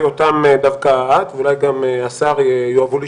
אותן דווקא את ואולי גם השר יאהבו לשמוע,